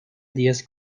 diez